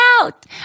out